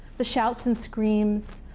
the shouts and screams,